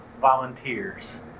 volunteers